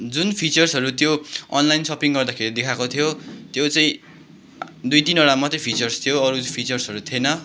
जुन फिचर्सहरू त्यो अनलाइन सपिङ गर्दाखेरि देखाएको थियो त्यो चाहिँ दुई तिनवटा मात्रै फिचर्स थियो अरू फिचर्सहरू थिएन